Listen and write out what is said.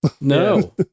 No